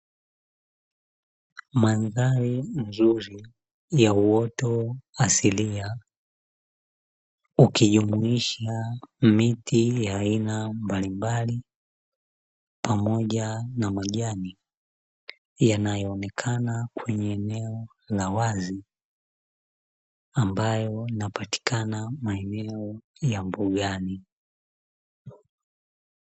Mandhari nzuri ya uoto asilia ukijumuisha miti ya aina mbalimbali, pamoja na majani yanayoonekana kwenye eneo la wazi ambayo inapatikana maeneo ya mbugani.